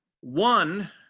One